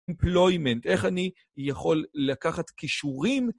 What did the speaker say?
אמפלוימנט, איך אני יכול לקחת כישורים...